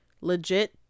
legit